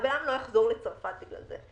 שהבן אדם לא יחזור לצרפת בגלל זה,